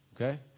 okay